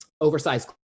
oversized